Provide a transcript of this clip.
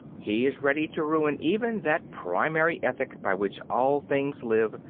he is ready to ruin even that primary ethic by which all things live,